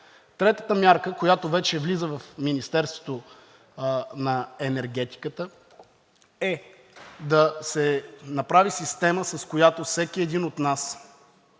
Третата мярка, която вече влиза в Министерството на енергетиката, е: да се направи система, с която всеки един от нас